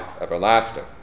everlasting